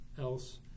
else